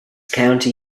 county